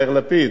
יאיר לפיד,